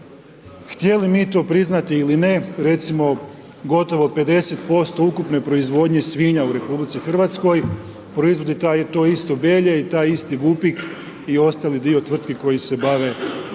Htjeli mit o priznati ili ne, recimo gotovo 50% ukupne proizvodnje svinja u RH, proizvodi taj, tu istu Belje i taj isti Vupik i ostali dio tvrtke koji se bave